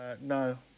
No